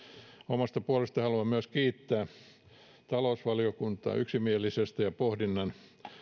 omasta puolestani haluan myös kiittää talousvaliokuntaa yksimielisyydestä pohdinnan